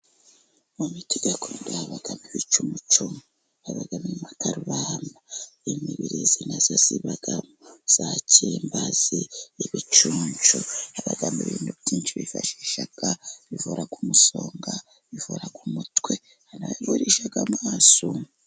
Mu miti gakondo habamo ibicumucumu, habamo igikakarubamba, imibirizi na yo ibamo, za kimbazi, ibicuncu. Habamo ibintu byinshi bifashisha, ibivura umusonga, ibivura umutwe, hari n'ababivurisha amaso.